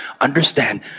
Understand